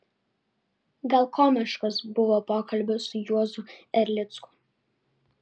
gal komiškas buvo pokalbis su juozu erlicku